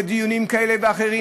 לדיונים כאלה ואחרים,